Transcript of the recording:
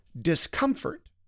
discomfort